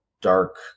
dark